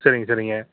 சரிங்க சரிங்க